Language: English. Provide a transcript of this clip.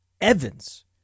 Evans